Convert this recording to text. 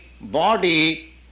body